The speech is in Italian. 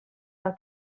alla